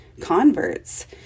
converts